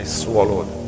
swallowed